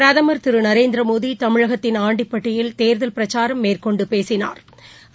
பிரதமா் திருநரேந்திரமோடிதமிழகத்தின் ஆண்டிப்பட்டியில் தேர்தல் பிரச்சாரம் மேற்கொண்டுபேசினாா்